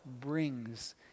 brings